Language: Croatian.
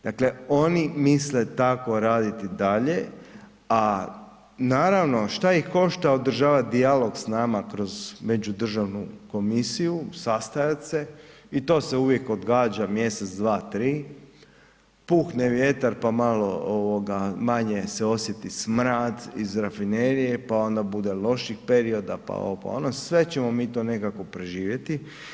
Dakle oni misle tako raditi dalje a naravno šta ih košta održavati dijalog s nama kroz međudržavnu komisiju, sastajati se i to se uvijek odgađa mjesec, dva, tri, puhne vjetar pa malo manje se osjeti smrad iz rafinerije pa onda bude loših perioda, pa ovo, pa ono, sve ćemo mi to nekako preživjeti.